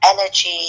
energy